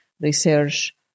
research